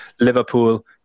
Liverpool